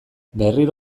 berriro